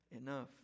enough